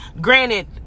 granted